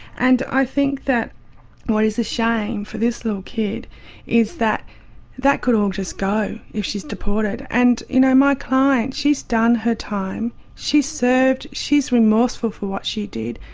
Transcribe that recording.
and i think that what is a shame for this little kid is that that could all just go if she's deported. and, you know, my client, she's done her time. she's served, she's remorseful for what she did.